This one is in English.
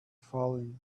falling